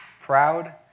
proud